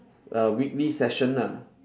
uh weekly session ah